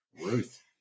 Ruth